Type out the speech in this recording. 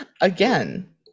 again